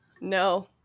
no